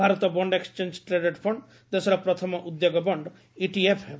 Bharat bond exchange traded fund ଦେଶର ପ୍ରଥମ ଉଦ୍ୟୋଗ ବଶ୍ତ ଇଟିଏଫ୍ ହେବ